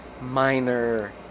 minor